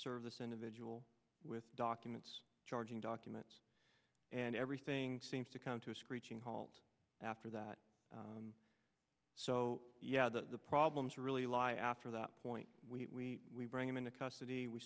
serve this individual with documents charging documents and everything seems to come to a screeching halt after that so the problems really lie after that point we bring him into custody we